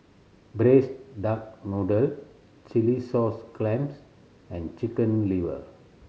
Braised Duck Noodle chilli sauce clams and Chicken Liver